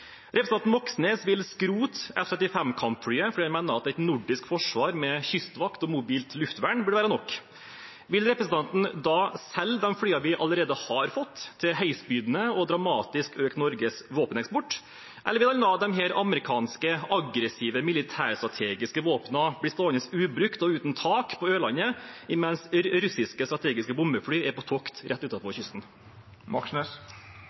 Representanten Moxnes vil skrote F-35-kampflyet fordi de mener at et nordisk forsvar med kystvakt og mobilt luftvern bør være nok. Vil representanten da selge de flyene vi allerede har fått, til høystbydende og dramatisk øke Norges våpeneksport? Eller vil han la disse amerikanske aggressive militærstrategiske våpnene bli stående ubrukt og uten tak på Ørlandet, mens russiske strategiske bombefly er på tokt rett